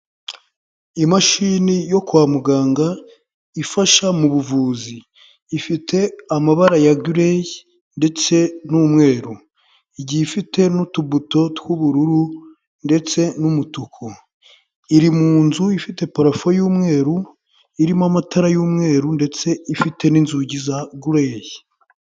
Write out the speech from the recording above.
Imashini yo kwa muganga ifasha mu buvuzi, ifite amabara ya gereyi ndetse n'umweru, igiye ifite n'utubuto tw'ubururu ndetse n'umutuku, iri mu nzu ifite parafo y'umweru irimo amatara y'umweru ndetse ifite n'inzugi za gereyi.